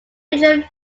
featured